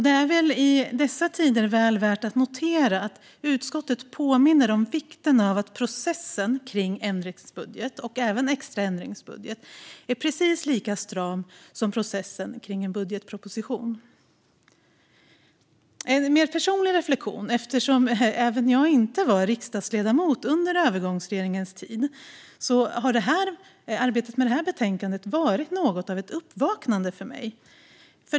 Det är i dessa tider väl värt att notera att utskottet påminner om vikten av att processen runt en ändringsbudget, och även en extra ändringsbudget, är precis lika stram som processen runt en budgetproposition. Jag har en mer personlig reflektion. Eftersom jag inte var riksdagsledamot under övergångsregeringens tid har arbetet med det här betänkandet varit något av ett uppvaknande för mig.